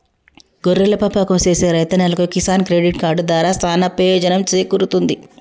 గొర్రెల పెంపకం సేసే రైతన్నలకు కిసాన్ క్రెడిట్ కార్డు దారా సానా పెయోజనం సేకూరుతుంది